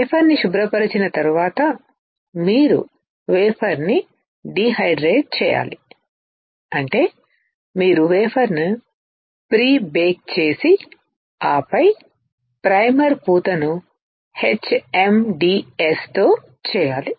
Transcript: wafer ని శుభ్రపరచిన తరువాత మీరు వేఫర్ ను డీహైడ్రేట్ చేయాలి అంటే మీరు వేఫర్ ను ప్రీబేక్ చేసి ఆపై ప్రైమర్ పూత ను HMDS తో చేయాలి